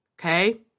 okay